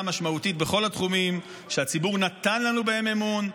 משמעותית בכל התחומים שהציבור נתן לנו בהם אמון,